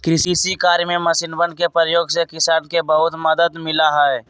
कृषि कार्य में मशीनवन के प्रयोग से किसान के बहुत मदद मिला हई